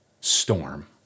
storm